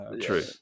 True